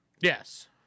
Yes